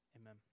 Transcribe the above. Amen